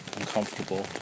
uncomfortable